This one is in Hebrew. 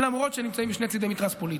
למרות שנמצאים משני צידי מתרס פוליטי,